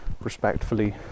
respectfully